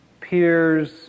peers